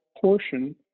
portion